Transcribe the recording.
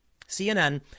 CNN